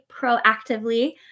proactively